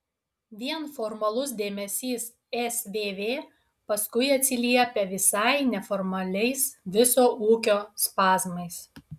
vien formalus dėmesys svv paskui atsiliepia visai neformaliais viso ūkio spazmais